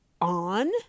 on